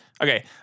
Okay